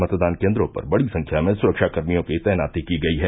मतदान केन्द्रों पर बड़ी संख्या में सुरक्षाकर्मियों की तैनाती की गयी है